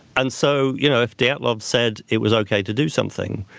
and so you know if dyatlov said it was okay to do something,